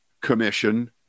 Commission